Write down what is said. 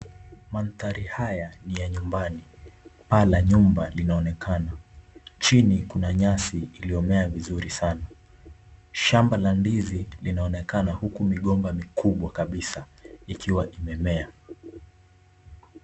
Mandhari haya ni ya nyumbani paa la nyumba linaonekana chini kuna nyasi iliomea vizuri sana. Shamba la ndizi linaonekana huku migomba mikubwa kabisa ikiwa imemea.